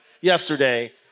yesterday